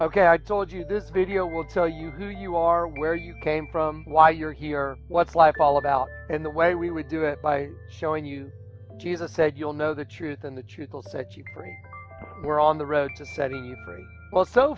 ok i told you this video will tell you who you are where you came from why you're here what's life all about and the way we would do it by showing you jesus said you'll know the truth and the truth will set you free we're on the road to study well so